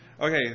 Okay